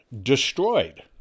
destroyed